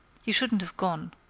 you shouldn't have gone.